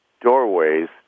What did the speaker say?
doorways